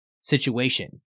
situation